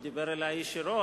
הוא דיבר אלי ישירות.